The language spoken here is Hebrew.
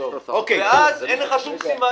ואז אין שום סימן,